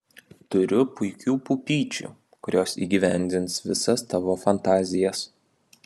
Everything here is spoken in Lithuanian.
turiu puikių pupyčių kurios įgyvendins visas tavo fantazijas